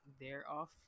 thereof